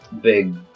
big